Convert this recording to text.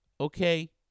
Okay